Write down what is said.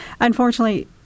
unfortunately –